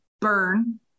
burn